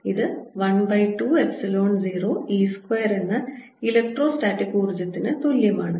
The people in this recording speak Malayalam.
ഇത് 1 by 2 എപ്സിലോൺ 0 e സ്ക്വയർ എന്ന ഇലക്ട്രോസ്റ്റാറ്റിക് ഊർജ്ജത്തിന് തുല്യമാണ്